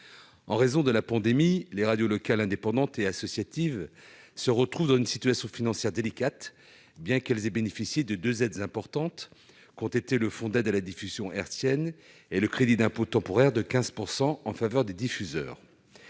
En raison de la pandémie, les radios locales indépendantes et associatives se retrouvent dans une situation financière délicate, bien qu'elles aient bénéficié de deux aides importantes : le fonds d'aide à la diffusion hertzienne et le crédit d'impôt temporaire de 15 % en faveur des diffuseurs.